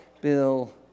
Bill